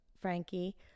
Frankie